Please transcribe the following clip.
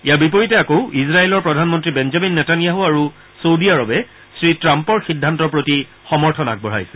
ইয়াৰ বিপৰীতে আকৌ ইজৰাইলৰ প্ৰধানমন্তী বেঞ্জামিন নেটানয়াছ আৰু ছেদি আৰৱে শ্ৰীট্টাম্পৰ সিদ্ধান্তৰ প্ৰতি সমৰ্থন আগবঢ়াইছে